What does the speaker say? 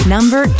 Number